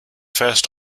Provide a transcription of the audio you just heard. first